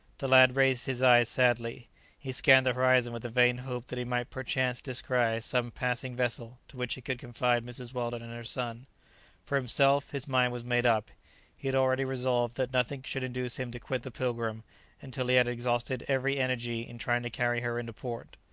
the lad raised his eyes sadly he scanned the horizon with the vain hope that he might perchance descry some passing vessel to which he could confide mrs. weldon and her son for himself, his mind was made up he had already resolved that nothing should induce him to quit the pilgrim until he had exhausted every energy in trying to carry her into port.